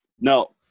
no